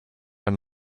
and